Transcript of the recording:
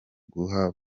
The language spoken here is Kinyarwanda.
guha